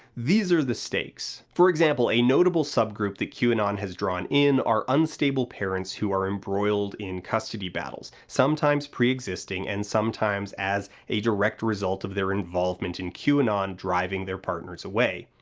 these are the stakes. for example, a notable sub-group that qanon has drawn in are unstable parents who are embroiled in custody battles, sometimes pre-existing and sometimes as a direct result of their involvement in qanon driving their partners away.